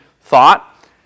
thought